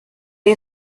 est